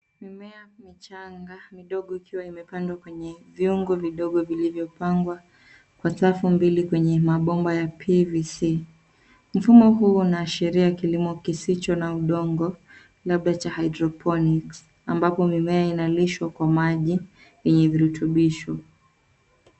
Mimea michanga midogo ikiwa imepandwa kwenye vyungu vidogo vilivyopangwa kwa safu mbili kwenye mabomba ya PVC . Mfumo huu unaashiria kilimo kisicho na udongo labda cha hydroponics ambapo mimea inalishwa kwa maji yenye virutubisho.